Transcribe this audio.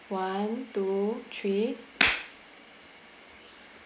one two three